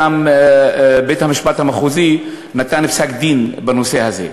ובית-המשפט המחוזי נתן פסק-דין בנושא הזה.